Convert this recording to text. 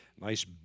Nice